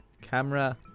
camera